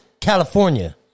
California